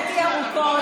בשביל להט"בים?